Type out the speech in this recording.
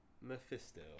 Mephisto